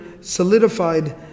solidified